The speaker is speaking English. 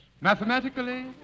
Mathematically